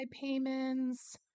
Payments